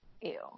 ew